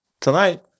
Tonight